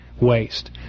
waste